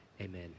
amen